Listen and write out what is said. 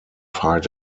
hide